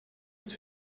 ist